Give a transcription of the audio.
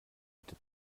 bitte